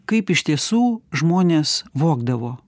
kaip iš tiesų žmonės vogdavo